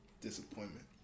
Disappointment